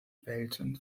welten